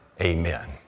amen